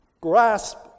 grasp